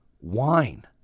wine